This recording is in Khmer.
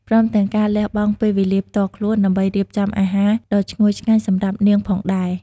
ព្រមទាំងការលះបង់ពេលវេលាផ្ទាល់ខ្លួនដើម្បីរៀបចំអាហារដ៏ឈ្ងុយឆ្ងាញ់សម្រាប់នាងផងដែរ។